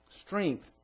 strength